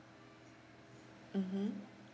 mmhmm